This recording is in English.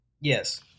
Yes